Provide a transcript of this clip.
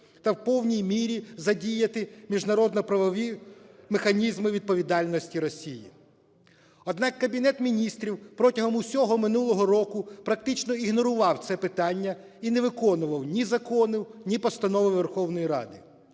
та в повній мірі задіяти міжнародно-правові механізми відповідальності Росії. Однак Кабінет Міністрів протягом усього минулого року практично ігнорував це питання і не виконував ні закони, ні постанови Верховної Ради.